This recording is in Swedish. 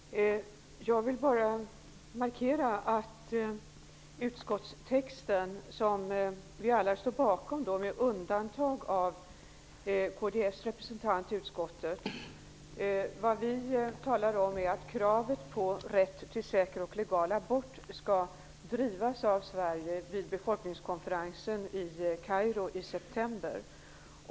Herr talman! Jag vill bara markera att vi alla står bakom utskottstexten, med undantag av kds representant i utskottet. Utskottet anser att kravet på rätt till säker och legal abort skall drivas av Sverige vid befolkningskonferensen i Kairo i september.